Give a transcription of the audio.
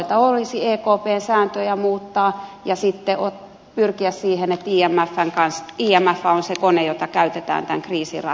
helpointa olisi ekpn sääntöjä muuttaa ja sitten pyrkiä siihen että imf on se kone jota käytetään tämän kriisin ratkaisussa